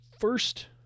first